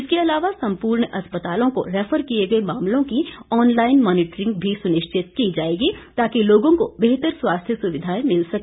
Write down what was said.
इसके अलावा सम्पूर्ण अस्पतालों को रैफर किए गए मामलों की ऑनलाईन मॉनिटरिंग भी सुनिश्चित की जाएगी ताकि लोगों को बेहतर स्वास्थ्य सुविधाएं मिल सके